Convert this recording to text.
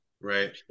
Right